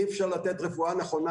אי אפשר לתת רפואה נכונה.